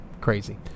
crazy